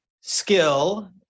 skill